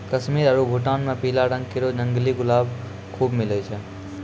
कश्मीर आरु भूटान म पीला रंग केरो जंगली गुलाब खूब मिलै छै